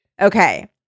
Okay